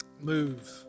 move